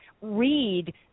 read